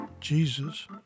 Jesus